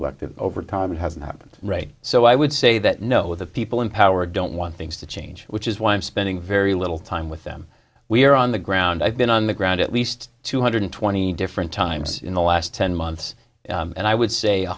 elected over time hasn't happened right so i would say that no the people in power don't want things to change which is why i'm spending very little time with them we are on the ground i've been on the ground at least two hundred twenty different times in the last ten months and i would say